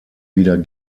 wieder